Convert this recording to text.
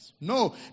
no